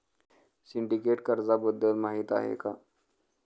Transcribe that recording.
Syndicate कर्जाबद्दल माहिती आहे का?